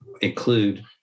include